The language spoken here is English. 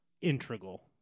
integral